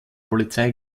polizei